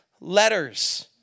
Letters